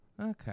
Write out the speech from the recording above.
Okay